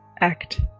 act